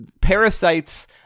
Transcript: parasites